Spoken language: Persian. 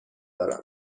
دارم